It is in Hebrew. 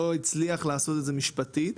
לא הצליח לעשות את זה משפטית.